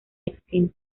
extinta